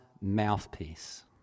mouthpiece